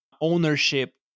ownership